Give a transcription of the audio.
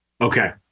Okay